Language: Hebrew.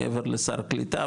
מעבר לסל קליטה,